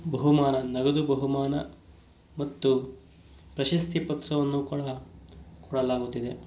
ಬಹುಮಾನ ನಗದು ಬಹುಮಾನ ಮತ್ತು ಪ್ರಶಸ್ತಿ ಪತ್ರವನ್ನು ಕೂಡ ಕೊಡಲಾಗುತ್ತಿದೆ